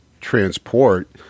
transport